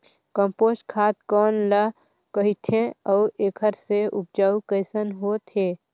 Compost खाद कौन ल कहिथे अउ एखर से उपजाऊ कैसन होत हे?